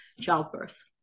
childbirth